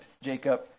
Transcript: Jacob